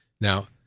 Now